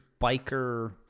biker